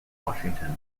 washington